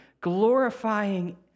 glorifying